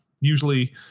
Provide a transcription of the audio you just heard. Usually